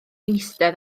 eistedd